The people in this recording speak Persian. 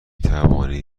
توانید